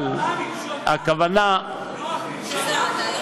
אבל הכוונה, נח מלשון מה?